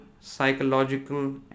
psychological